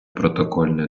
протокольне